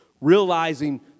Realizing